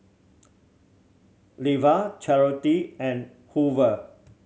Levar Charity and Hoover